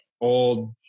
old